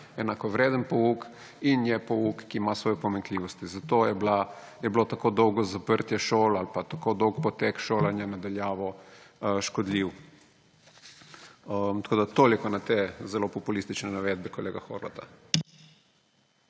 enakovreden pouk in je pouk, ki ima svoje pomanjkljivosti. Zato je bilo tako dolgo zaprtje šol ali pa tako dolg potek šolanja na daljavo škodljiv. Toliko na te zelo populistične navedbe kolega Horvata.